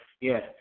Yes